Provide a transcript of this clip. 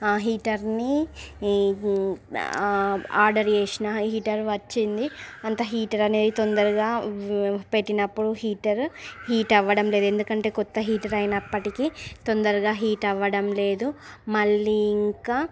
హీటర్ని order చేసాను heater వచ్చింది అంత హీటర్ అనేది తొందరగా పెట్టినప్పుడు హీటర్ హీట్ అవ్వడం లేదు ఎందుకంటే కొత్త హీటర్ అయిన్నప్పటికీ తొందరగా హీట్ అవ్వడం లేదు మళ్ళీ ఇంకా